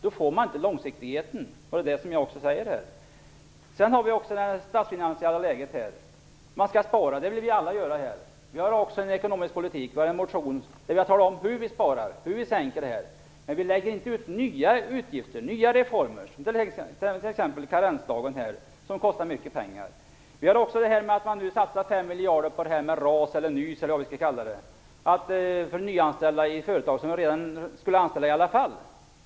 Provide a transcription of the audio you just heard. Då får man inte någon långsiktighet, som jag här också har sagt. I det rådande statsfinansiella läget vill vi alla spara. Vi har i en ekonomisk-politisk motion talat om hur vi tänker och hur vi vill spara, men vi lägger inte fram förslag om nya reformer, t.ex. om avskaffande av karensdagen, som skulle kosta mycket pengar. Detsamma gäller förslaget om NYS, RAS eller vad det skall kallas, dvs. att ge bidrag för nyanställningar i företag som ändå skulle ha nyanställt.